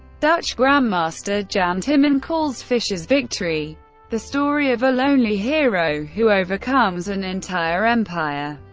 dutch grandmaster jan timman calls fischer's victory the story of a lonely hero who overcomes an entire empire.